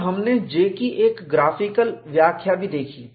और हमने J की एक ग्राफिकल व्याख्या भी देखी